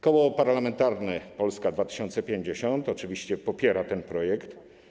Koło Parlamentarne Polska 2050 oczywiście popiera ten projekt.